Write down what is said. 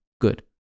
good